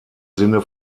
sinne